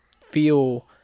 feel